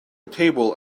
table